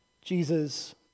Jesus